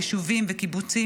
יישובים וקיבוצים,